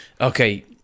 okay